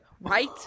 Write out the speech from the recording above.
Right